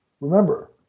remember